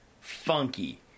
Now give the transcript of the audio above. funky